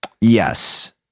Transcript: Yes